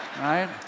Right